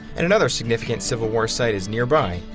and another significant civil war site is nearby.